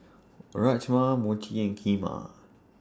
Rajma Mochi and Kheema